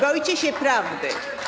Boicie się prawdy.